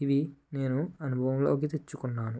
ఇవి నేను అనుభవంలోకి తెచ్చుకున్నాను